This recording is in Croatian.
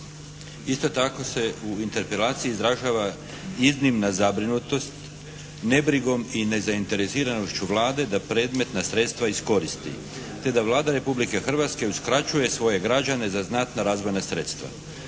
Isto tako se u interpelaciji izražava iznimna zabrinutost nebrigom i nezainteresiranošću Vlade da predmetna sredstva iskoristi, te da Vlada Republike Hrvatske uskraćuje svoje građane za znatna razvojna sredstva.